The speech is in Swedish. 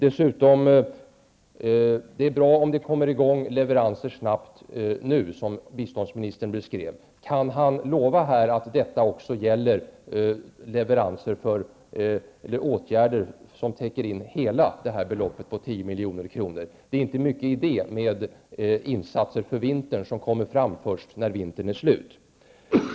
Det är dessutom bra om det kommer i gång leveranser snabbt nu, som biståndsministern beskrev. Kan biståndsministern lova här att detta också gäller leveranser eller åtgärder som täcker in hela det här beloppet på 10 milj.kr.? Det är inte mycket idé med insatser för vintern som kommer fram först när vintern är slut.